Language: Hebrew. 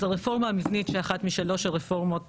אז הרפורמה המבנית שאחת משלוש הרפורמות